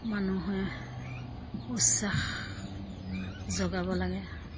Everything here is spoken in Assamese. মানুহে উচ্চাস যোগাব লাগে